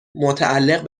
متعلق